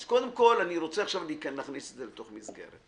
אני רוצה עכשיו להכניס את זה בתוך מסגרת.